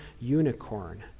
Unicorn